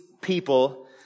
people